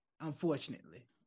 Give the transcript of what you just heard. unfortunately